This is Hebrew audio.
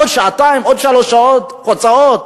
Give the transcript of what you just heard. עוד שעתיים, עוד שלוש שעות הוצאות?